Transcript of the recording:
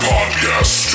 Podcast